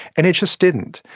and it's just didn't.